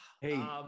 Hey